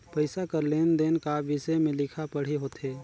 पइसा कर लेन देन का बिसे में लिखा पढ़ी होथे